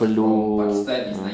perlu ah